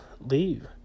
leave